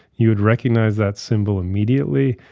you'd recognize that symbol immediately.